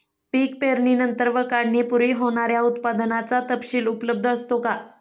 पीक पेरणीनंतर व काढणीपूर्वी होणाऱ्या उत्पादनाचा तपशील उपलब्ध असतो का?